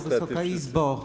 Wysoka Izbo!